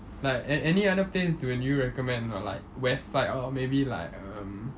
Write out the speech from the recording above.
like an~ any other place do you recommend or not like west side or maybe like um